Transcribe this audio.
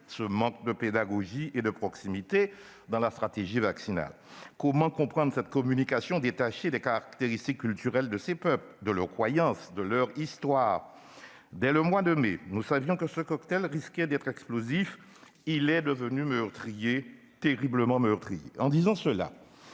ce manque de pédagogie et de proximité dans la stratégie vaccinale ? Comment comprendre cette communication détachée des caractéristiques culturelles de ces peuples, de leurs croyances, de leur histoire ? Dès le mois de mai, nous savions que ce cocktail risquait d'être explosif. Il est devenu meurtrier, terriblement meurtrier. En disant cela,